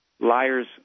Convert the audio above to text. liars